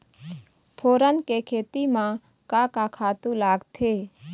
फोरन के खेती म का का खातू लागथे?